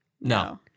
No